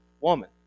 woman